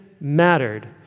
mattered